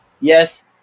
Yes